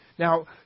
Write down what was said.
Now